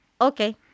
okay